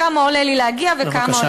כמה עולה לי להגיע וכמה עולה,